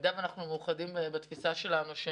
בתפיסה שלנו,